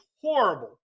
horrible